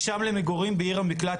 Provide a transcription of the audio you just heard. משם למגורים בעיר המקלט,